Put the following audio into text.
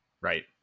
Right